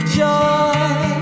joy